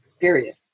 period